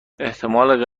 احتمال